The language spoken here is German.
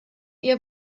ihr